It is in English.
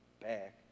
back